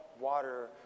water